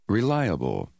Reliable